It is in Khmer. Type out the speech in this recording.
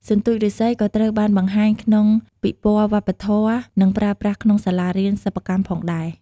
សន្ទូចឬស្សីក៏ត្រូវបានបង្ហាញក្នុងពិព័រណ៍វប្បធម៌ និងប្រើប្រាស់ក្នុងសាលារៀនសិប្បកម្មផងដែរ។